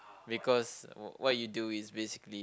because what you do is basically